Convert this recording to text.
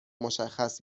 مشخص